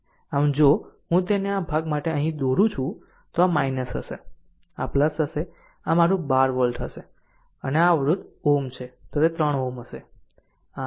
આમ જો હું તેને આ ભાગ માટે અહીં દોરું છું તો આ હશે આ હશે આ મારું 12 વોલ્ટ હશે અને આ અવરોધ આ Ω માં છે તે 3 Ω હશે આ 3 Ω હશે